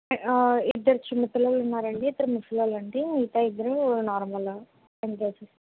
ఇద్దరు చిన్నపిల్లలు ఉన్నారండి ఇద్దరు ముసలి వాళ్ళండి మిగతా ఇద్దరూ నార్మల్ యంగ్ ఏజ్